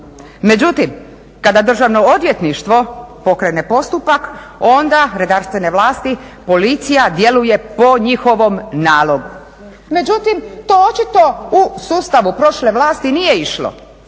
Međutim, kada Državno odvjetništvo pokrene postupak onda redarstvene vlasti, Policija djeluje po njihovom nalogu. Međutim, to očito u sustavu prošle vlasti nije išlo.